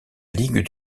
ligue